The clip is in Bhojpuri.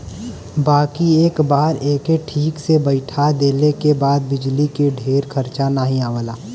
बाकी एक बार एके ठीक से बैइठा देले के बाद बिजली के ढेर खरचा नाही आवला